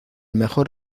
mejor